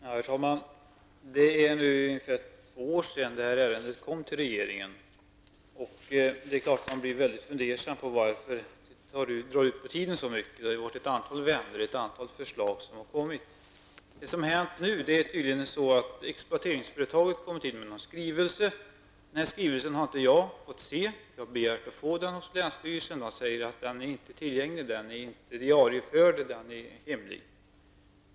Herr talman! Det är nu ungefär två år sedan detta ärende kom till regeringen. Det är klart att man blir mycket fundersam och undrar varför det drar ut på tiden så länge. Det har varit ett antal vändor och ett antal förslag som har kommit. Det som har hänt nu är tydligen att exploateringsföretaget har kommit in med en skrivelse. Jag har inte fått se denna skrivelse. Jag har begärt att få den hos länsstyrelsen. Där säger man att den inte är tillgänglig, att den inte är diarieförd och att den är hemlig.